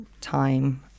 time